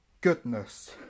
Goodness